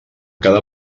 cada